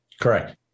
Correct